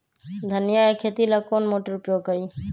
धनिया के खेती ला कौन मोटर उपयोग करी?